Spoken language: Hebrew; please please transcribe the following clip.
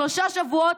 שלושה שבועות,